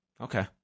Okay